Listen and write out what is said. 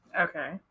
okay